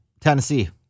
Tennessee